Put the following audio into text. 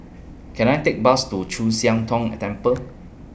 Can I Take Bus to Chu Siang Tong Temple